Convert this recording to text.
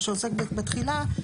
שעוסק בתחילה,